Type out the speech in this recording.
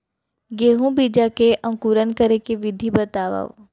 गेहूँ बीजा के अंकुरण करे के विधि बतावव?